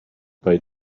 bei